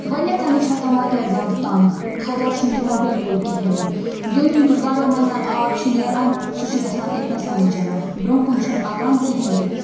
گۄڈٕنٮ۪تھنٕے چھےٚ تِم واریاہ زیادٕ تَنٛگ کھَجر چھُنہٕ تِمَن بِلکُل کِہیٖنۍ نہٕ دٔیِم یُس گَرو منٛز آب چھُ نیران سُہ چھُ گژھان أتۍنَسَنٕے جمع برونٛہہ کُن چھِنہٕ پَکان کِہیٖنۍ تہِ